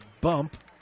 bump